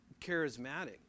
charismatic